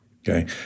Okay